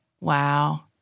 Wow